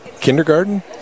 kindergarten